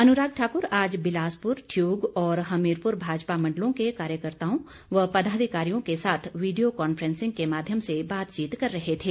अनुराग ठाक्र आज बिलासपुर ठियोग और हमीरपुर भाजपा मंडलों के कार्यकर्ताओं व पदाधिकारियों के साथ वीडियो कॉन्फ्रेंसिंग के माध्यम से बातचीत कर रहे थे